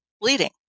bleeding